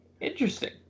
Interesting